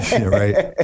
Right